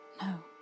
No